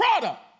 product